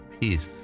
peace